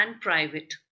private